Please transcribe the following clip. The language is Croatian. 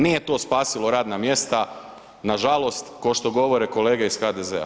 Nije to spasilo radna mjesta nažalost ko što govore kolege iz HDZ-a.